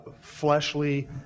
fleshly